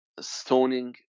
Stoning